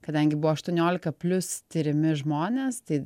kadangi buvo aštuoniolika plius tiriami žmonės tai